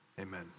Amen